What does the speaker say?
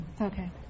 Okay